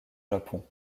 japon